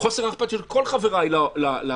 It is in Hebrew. חוסר האכפתיות של כל חבריי לכנסת,